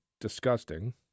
disgusting